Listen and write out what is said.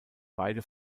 beide